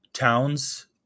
Towns